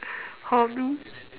hobby